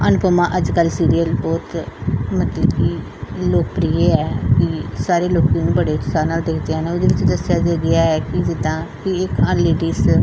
ਅਨੁਪਮਾ ਅੱਜ ਕੱਲ੍ਹ ਸੀਰੀਅਲ ਬਹੁਤ ਮਤਲਬ ਕਿ ਲੋਕਪ੍ਰਿਯ ਹੈ ਕਿ ਸਾਰੇ ਲੋਕ ਉਹਨੂੰ ਬੜੇ ਉਤਸ਼ਾਹ ਨਾਲ ਦੇਖਦੇ ਆ ਉਹਦੇ ਵਿੱਚ ਦੱਸਿਆ ਤਾਂ ਗਿਆ ਹੈ ਕਿ ਜਿੱਦਾਂ ਕਿ ਇੱਕ ਲੇਡੀਜ਼